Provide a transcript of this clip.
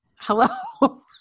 hello